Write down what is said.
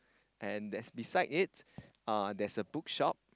and that's beside it uh there's a bookshop